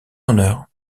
honneur